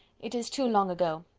it is too long ago.